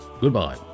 Goodbye